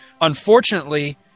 Unfortunately